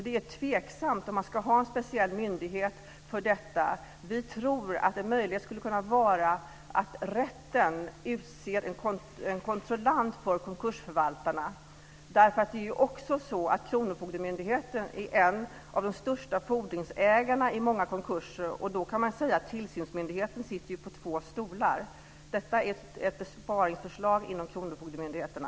Det är tveksamt om man ska ha en speciell myndighet för detta. Vi tror att en möjlighet skulle kunna vara att rätten utser en kontrollant för konkursförvaltarna. Kronofogdemyndigheterna är en av de största fordringsägarna i många konkurser, och då kan man säga att tillsynsmyndigheten sitter på två stolar. Detta är ett besparingsförslag inom kronofogdemyndigheterna.